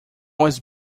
was